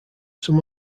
some